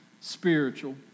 spiritual